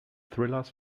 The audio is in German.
thrillers